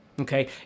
Okay